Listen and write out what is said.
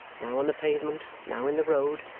now on the pavement, now in the road,